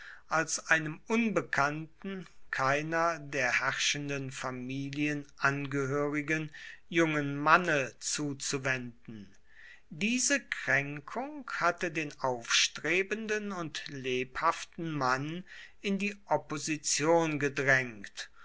als einem unbekannten keiner der herrschenden familien angehörigen jungen manne zuzuwenden diese kränkung hatte den aufstrebenden und lebhaften mann in die opposition gedrängt